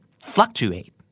Fluctuate